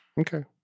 Okay